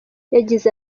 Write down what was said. yagize